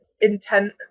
intent